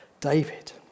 David